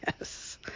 Yes